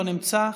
לא נמצא,